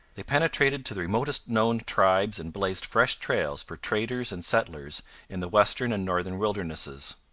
they penetrated to the remotest known tribes and blazed fresh trails for traders and settlers in the western and northern wildernesses.